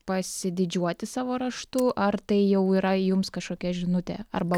pasididžiuoti savo raštu ar tai jau yra jums kažkokia žinutė arba